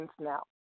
now